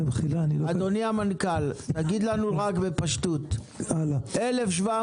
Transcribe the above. אדוני המנכ"ל, תגיד לנו בפשטות, 1,700